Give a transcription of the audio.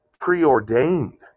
preordained